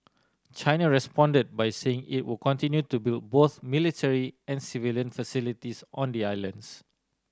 China responded by saying it would continue to build both military and civilian facilities on the islands